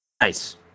Nice